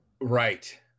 Right